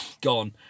gone